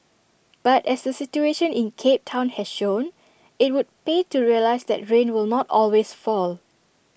but as the situation in cape Town has shown IT would pay to realise that rain will not always fall